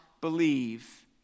believe